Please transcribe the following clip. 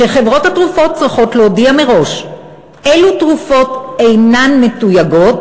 חברות התרופות צריכות להודיע מראש אילו תרופות אינן מתויגות,